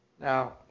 Now